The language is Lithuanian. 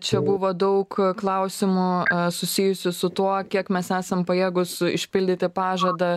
čia buvo daug klausimų susijusių su tuo kiek mes esam pajėgūs išpildyti pažadą